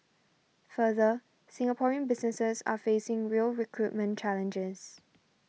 further Singaporean businesses are facing real recruitment challenges